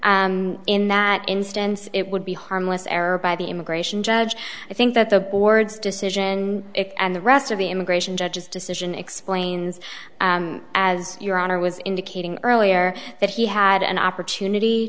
in that instance it would be harmless error by the immigration judge i think that the board's decision and the rest of the immigration judge's decision explains as your honor was indicating earlier that he had an opportunity